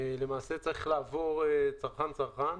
צריך לעבור צרכן-צרכן